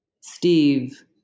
Steve